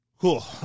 Cool